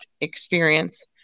experience